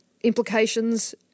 implications